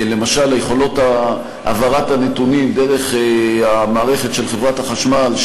למשל יכולת העברת הנתונים דרך המערכת של חברת החשמל,